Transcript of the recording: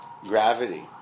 gravity